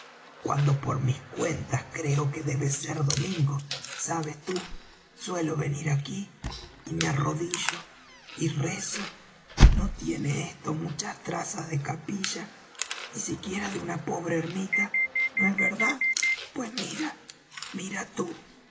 cuando por mis cuentas creo que debe ser domingo sabes tú suelo venir aquí y me arrodillo y rezo no tiene esto muchas trazas de capilla ni siquiera de una pobre ermita no es verdad pues mira tú